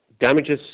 damages